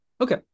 okay